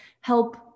help